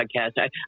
podcast